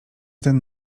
ten